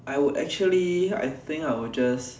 I would actually I think I would just